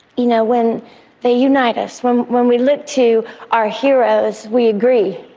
you know, when they unite us, when when we look to our heroes, we agree.